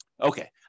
Okay